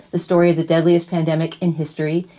the story of the deadliest pandemic in history.